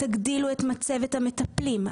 תגדילו את מצבת המטפלים,